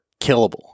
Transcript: killable